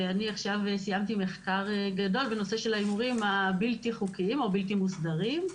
ועכשיו סיימתי מחקר גדול בנושא ההימורים הבלתי חוקיים או הבלתי מוסדרים.